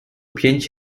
pięć